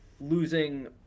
losing